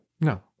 No